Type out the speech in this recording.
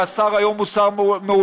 והשר היום הוא שר מעולה,